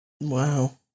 Wow